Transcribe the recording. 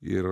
ir